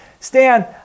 Stan